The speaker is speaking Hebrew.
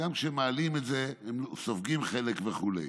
וגם כשהם מעלים את זה, הם סופגים חלק וכו'.